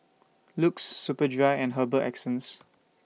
LUX Superdry and Herbal Essences